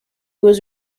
was